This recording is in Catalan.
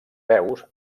veus